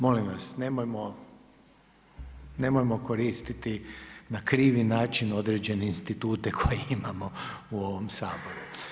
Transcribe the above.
Molim vas, nemojmo koristiti na krivi način određene institute koje imamo u ovom Saboru.